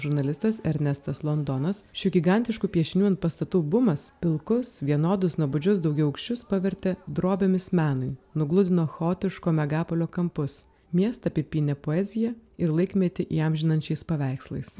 žurnalistas ernestas londonas šių gigantiškų piešinių ant pastatų bumas pilkus vienodus nuobodžius daugiaaukščius pavertė drobėmis menui nugludino chaotiško megapolio kampus miestą apipynė poezija ir laikmetį įamžinančiais paveikslais